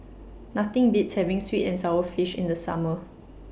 Nothing Beats having Sweet and Sour Fish in The Summer